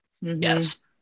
Yes